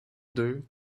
deux